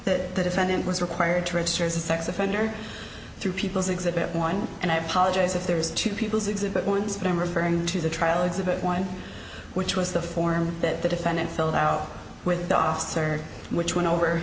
heard that defendant was required to register as a sex offender through people's exhibit one and i apologize if there was two people's exhibit points but i'm referring to the trial exhibit one which was the form that the defendant filled out with the officer which went over